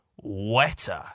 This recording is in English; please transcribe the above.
wetter